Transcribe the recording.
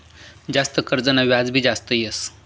जास्त कर्जना व्याज भी जास्त येस